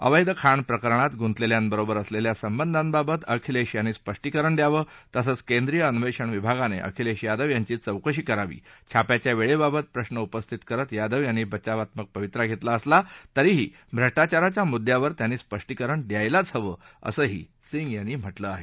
अवैध खाण प्रकरणात गुंतलेल्यांबरोबर असलेल्या संबंधाबाबत अखिलेश यांनी स्पष्टीकरण दयावं तसंच केंद्रीय अन्वेष्ण विभागाने अखिलेश यादव यांची चौकशी करावी छाप्याच्या वेळेबाबत प्रश्न उपस्थित करत यादव यांनी बचारवात्मक पवित्रा घेतला असला तरीही भ्रष्टाचाराच्या मुद्यावर त्यांनी स्पष्टीकरण द्यायलाच हवे असंही सिंग यांनी म्हाळे आहे